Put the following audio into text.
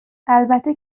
البته